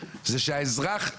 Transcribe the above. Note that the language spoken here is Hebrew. זו התוצאה.